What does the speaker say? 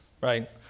Right